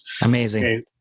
Amazing